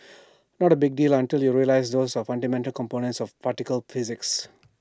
not A big deal until you realise those are fundamental components of particle physics